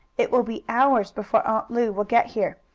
it will be hours before aunt lu will get here.